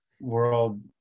world